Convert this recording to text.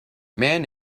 man